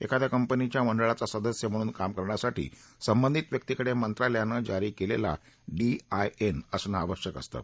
एखाद्या कंपनीच्या मंडळाचा सदस्य म्हणून काम करण्यासाठी संबंधित व्यक्तीकडे मंत्रालयानं जारी केलेला डीआयएन असणं आवश्यक असतं